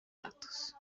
actos